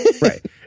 Right